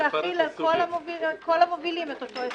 ולהחיל על כל המובילים את אותו הסדר.